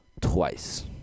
twice